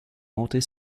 montés